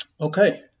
Okay